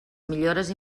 millores